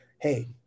hey